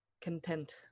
content